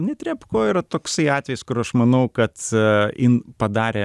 netrebko yra toksai atvejis kur aš manau kad jin padarė